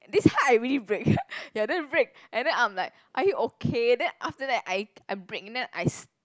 this time I really brake ya then brake and then I'm like are you okay then after that I I brake then I s~